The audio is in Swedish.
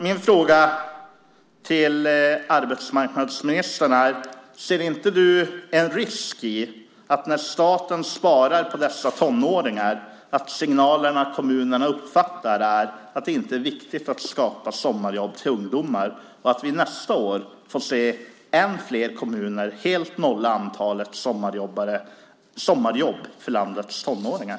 Min fråga till arbetsmarknadsministern är följande: Ser inte du en risk i att kommunerna när staten sparar på dessa tonåringar uppfattar att signalen är att det inte är viktigt att skapa sommarjobb till ungdomar och att vi nästa år får se ännu fler kommuner helt nolla antalet sommarjobb för landets tonåringar?